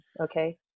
Okay